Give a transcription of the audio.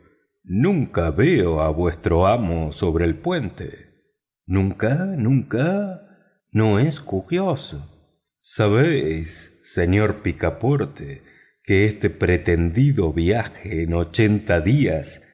nunca veo a vuestro amo sobre el puente nunca no es curioso sabéis señor picaporte que este pretendido viaje en ochenta días